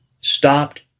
stopped